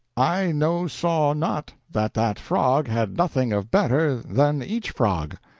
i no saw not that that frog had nothing of better than each frog,